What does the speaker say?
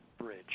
Bridge